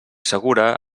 segura